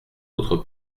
autres